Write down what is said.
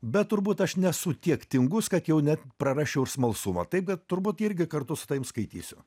bet turbūt aš nesu tiek tingus kad jau net prarasčiau ir smalsumą taip kad turbūt irgi kartu su tavim skaitysiu